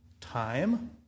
Time